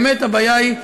באמת הבעיה היא,